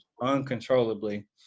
uncontrollably